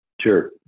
Sure